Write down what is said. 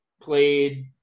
played